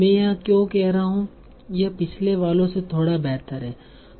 मैं यह क्यों कह रहा हूं कि यह पिछले वाले से थोड़ा बेहतर है